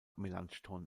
melanchthon